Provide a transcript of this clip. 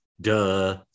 Duh